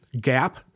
gap